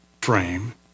frame